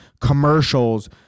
commercials